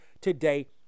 today